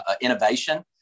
innovation